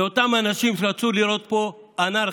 זה אותם אנשים שרצו לראות פה אנרכיה,